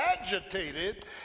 agitated